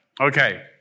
Okay